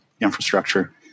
infrastructure